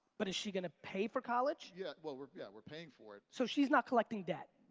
but is she gonna pay for college? yeah, well we're yeah. we're paying for it. so she's not collecting debt?